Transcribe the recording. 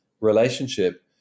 relationship